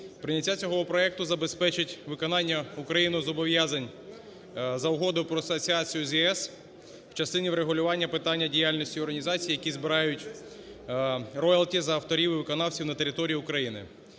Прийняття цього проекту забезпечить виконання Україною зобов'язань за Угодою про асоціацію з ЄС в частині врегулювання питання діяльності організацій, які збирають роялті за авторів і виконавців на території України.